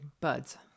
buds